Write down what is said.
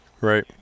Right